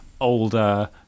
older